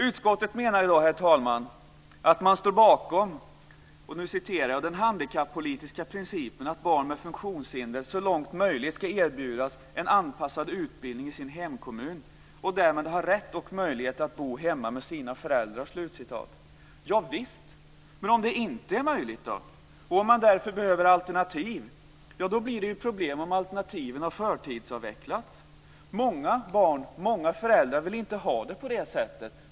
Utskottet menar, herr talman, att man står bakom "den viktiga handikappolitiska principen att barn med funktionshinder så långt möjligt skall erbjudas en anpassad utbildning i sin hemkommun och därmed ha rätt och möjlighet att bo hemma med sina föräldrar." Javisst! Men vad gör man om det inte är möjligt och om man därför behöver alternativ? Då blir det problem om alternativen har förtidsavvecklats. Många barn och många föräldrar vill inte ha det på det sättet.